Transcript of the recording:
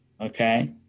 okay